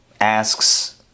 asks